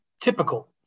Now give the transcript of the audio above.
typical